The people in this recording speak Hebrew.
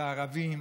זה ערבים,